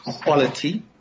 quality